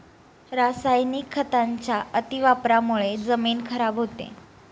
रासायनिक खतांच्या अतिवापरामुळे जमीन खराब होते